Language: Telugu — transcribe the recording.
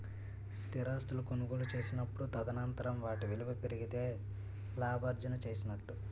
స్థిరాస్తులు కొనుగోలు చేసినప్పుడు తదనంతరం వాటి విలువ పెరిగితే లాభార్జన చేసినట్టు